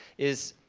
is,